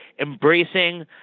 embracing